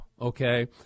okay